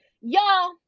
Y'all